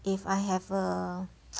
if I have a